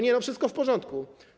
Nie, wszystko w porządku.